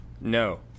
No